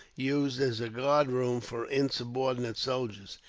used as a guardroom for insubordinate soldiers,